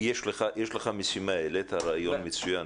יש לך משימה, העלית רעיון מצוין.